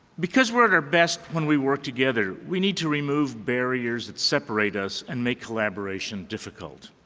because we're at our best when we work together, we need to remove barriers that separate us and make collaboration difficult.